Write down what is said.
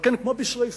על כן, כמו בשרפה,